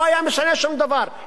לא היה משנה שום דבר,